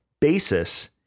basis